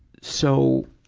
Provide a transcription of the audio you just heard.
so,